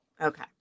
Okay